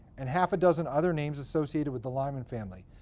and half a dozen other names associated with the lyman family.